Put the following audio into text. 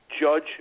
judge